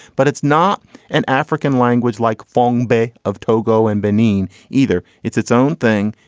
but it's not an african language like phong bay of togo and benin either. it's its own thing.